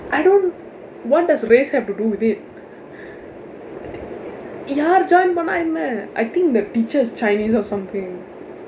I don't what does race have to do with it யார்:yaar join பண்ணா என்ன:pannaa enna I think the teacher is chinese or something